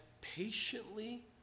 patiently